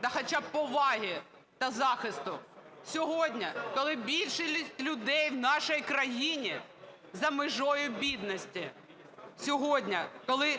та хоча б поваги та захисту. Сьогодні, коли більшість людей в нашій країні за межею бідності. Сьогодні, коли